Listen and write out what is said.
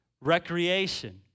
Recreation